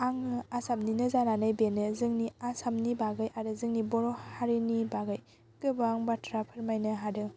आङो आसामनिनो जानानै बेनो जोंनि आसामनि बागै आरो जोंनि बर' हारिनि बागै गोबां बाथ्रा फोरमायनो हादों